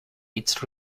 its